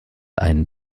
ein